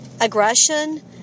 aggression